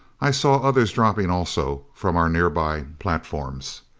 i saw others dropping also from our nearby platforms.